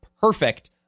perfect